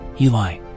Eli